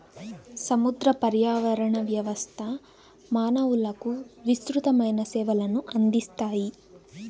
సముద్ర పర్యావరణ వ్యవస్థ మానవులకు విసృతమైన సేవలను అందిస్తాయి